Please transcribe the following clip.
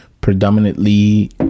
predominantly